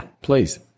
Please